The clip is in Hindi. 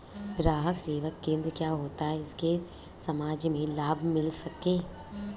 ग्राहक सेवा केंद्र क्या होता है जिससे समाज में लाभ मिल सके?